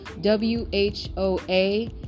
W-H-O-A